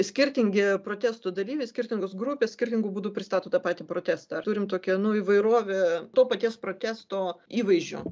skirtingi protestų dalyviai skirtingos grupės skirtingu būdu pristato ta pati protestantą turim tokią nu įvairovę to paties protesto įvaizdžio